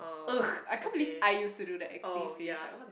!ugh! I can't believe I used to do the X D face like what the